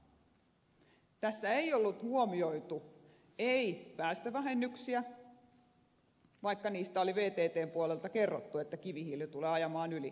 tässä ei ollut huomioitu päästövähennyksiä vaikka vttn puolelta oli kerrottu että kivihiili tulee ajamaan yli